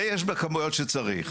זה יש בכמויות שצריך.